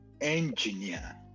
engineer